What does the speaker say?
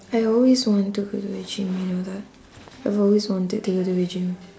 I always want to go to the gym you know that I've always wanted to go to the gym